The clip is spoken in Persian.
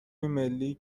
ملی